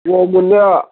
फ्रियाव मोना